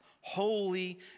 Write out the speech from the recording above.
holy